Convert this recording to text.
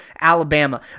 Alabama